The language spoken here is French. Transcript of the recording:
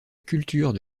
culture